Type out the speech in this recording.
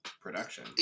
production